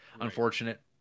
unfortunate